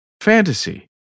fantasy